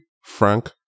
Frank